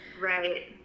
Right